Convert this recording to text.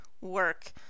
work